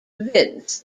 vince